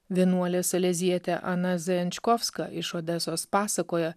vienuolė salezietė ana zajančkovska iš odesos pasakoja